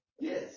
Yes